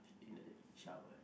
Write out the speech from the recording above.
in the shower